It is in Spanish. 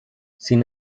sin